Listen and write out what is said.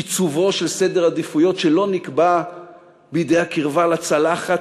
עיצובו של סדר עדיפויות שלא נקבע בידי הקרבה לצלחת